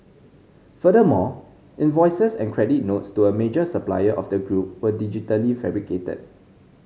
furthermore invoices and credit notes to a major supplier of the group were digitally fabricated